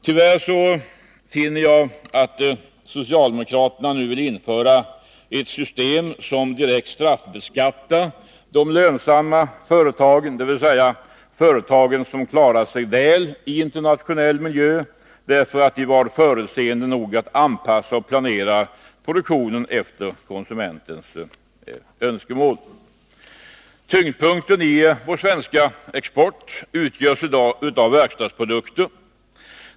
Tyvärr finner jag att socialdemokraterna vill införa ett system som direkt straffbeskattar de lönsamma företagen, dvs. företag som klarat sig väl i internationell miljö därför att de varit förutseende nog att anpassa och planera produktionen efter konsumentens önskemål. Tyngdpunkten i den svenska exporten utgörs i dag av verkstadsprodukter.